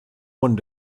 one